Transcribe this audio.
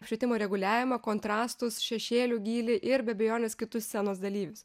apšvietimo reguliavimą kontrastus šešėlių gylį ir be abejonės kitus scenos dalyvius